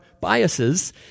biases